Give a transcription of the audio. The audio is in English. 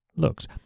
looks